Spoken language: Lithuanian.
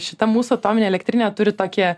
šita mūsų atominė elektrinė turi tokį